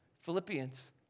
Philippians